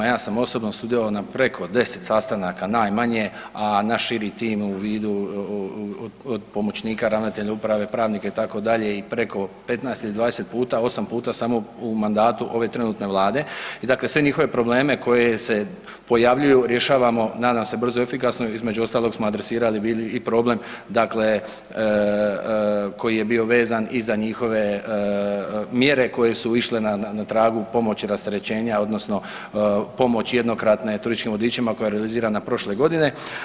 Ja sam osobno sudjelovao na preko 10 sastanaka najmanje, a naš širi tim u vidu od pomoćnika ravnatelja uprave, pravnika itd. i preko 15 i 20 puta, 8 puta samo u mandatu ove trenutne vlade i dakle sve njihove probleme koje se pojavljuju rješavamo nadam se brzo i efikasno i između ostalog smo adresirali bili i problem dakle koji je bio vezan i za njihove mjere koje su išle na tragu pomoći rasterećenja odnosno pomoći jednokratne turističkim vodičima koja je realizirana prošle godine.